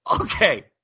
okay